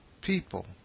People